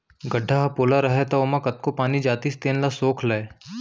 गड्ढ़ा ह पोला रहय त ओमा कतको पानी जातिस तेन ल सोख लय